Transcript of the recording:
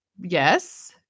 yes